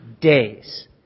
days